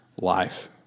life